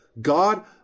God